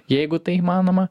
jeigu tai įmanoma